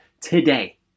today